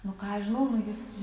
nu ką aš žinau nu jis